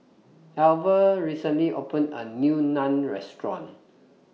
Alver recently opened A New Naan Restaurant